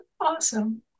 Awesome